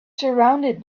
surrounded